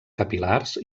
capil·lars